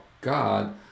God